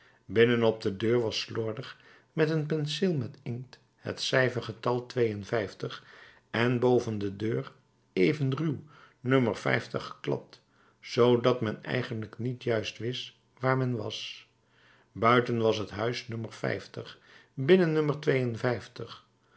binnen op de deur was slordig met een penseel met inkt het cijfergetal en boven de deur even ruw no geklad zoodat men eigenlijk niet juist wist waar men was buiten was het huis no binnen